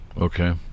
Okay